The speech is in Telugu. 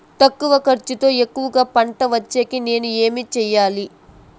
తక్కువ ఖర్చుతో ఎక్కువగా పంట వచ్చేకి నేను ఏమి చేయాలి?